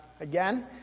again